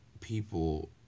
people